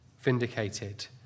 vindicated